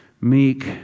meek